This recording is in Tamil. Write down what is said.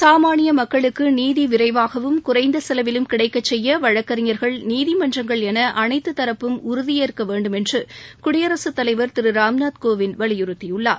சாமானிய மக்களுக்கு நீதி விரைவாகவும் குறைந்த செலவிலும் கிடைக்கச் செய்ய வழக்கறிஞர்கள் நீதிமன்றங்கள் என அனைத்துத் தரப்பும் உறுதியேற்க வேண்டும் என்று குடியரசுத் தலைவர் வலியுறுத்தினார்